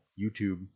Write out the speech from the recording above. YouTube